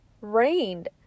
rained